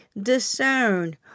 discern